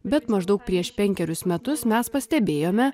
bet maždaug prieš penkerius metus mes pastebėjome